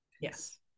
yes